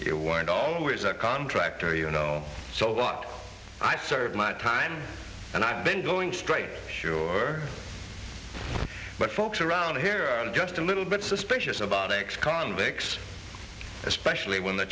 you weren't always a contractor you know so what i served my time and i've been going straight sure but folks around here are just a little bit suspicious about x convicts especially when the